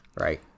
Right